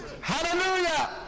Hallelujah